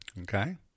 Okay